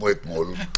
כמו אתמול,